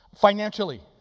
Financially